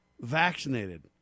vaccinated